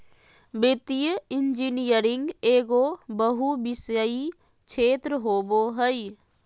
वित्तीय इंजीनियरिंग एगो बहुविषयी क्षेत्र होबो हइ